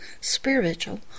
spiritual